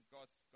God's